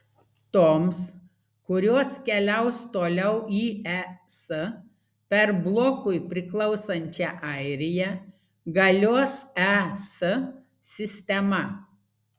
toms kurios keliaus toliau į es per blokui priklausančią airiją galios es sistema